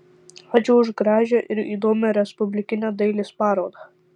ačiū už gražią ir įdomią respublikinę dailės parodą